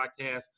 podcast